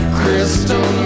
crystal